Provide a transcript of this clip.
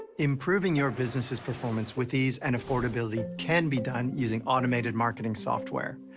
improving your businesses performance with ease and affordability can be done using automated marketing software,